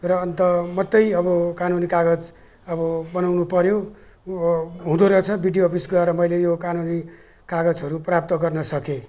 र अन्त मात्रै अब कानुनी कागज अब बनाउनुपर्यो अब हुँदोरहेछ बिडिओ अफिस गएर मैले यो कानुनी कागजहरू प्राप्त गर्नसकेँ